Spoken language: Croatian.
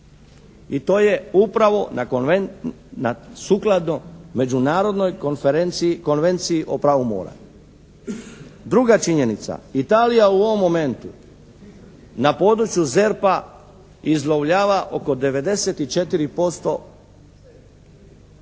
I to je upravo na sukladno Međunarodnoj konferenciji, konvenciji o pravu mora. Druga činjenica, Italija u ovom momentu na području ZERP-a izlovljava oko 94% iz